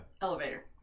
Elevator